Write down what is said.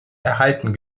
erhalten